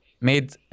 made